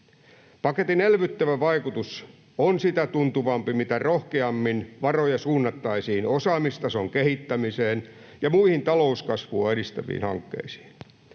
Paketin elvyttävä vaikutus on sitä tuntuvampi, mitä rohkeammin varoja suunnattaisiin osaamistason kehittämiseen ja muihin talouskasvua edistäviin hankkeisiin.